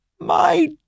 My